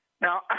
Now